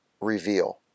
reveal